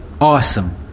awesome